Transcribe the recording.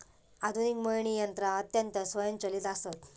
आधुनिक मळणी यंत्रा अत्यंत स्वयंचलित आसत